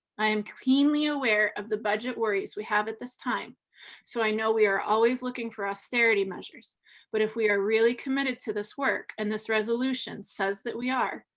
i am keenly aware of the budget worries we have at this time so i know we are always looking for austerity measures but if we are really committed to this work and this resolution says that we are,